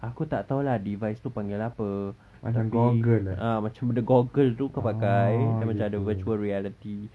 aku tak tahu lah device tu panggil apa tapi ah macam ada goggle tu kau pakai dia macam ada virtual reality